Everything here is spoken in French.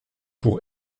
pour